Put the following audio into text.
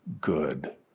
Good